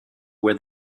where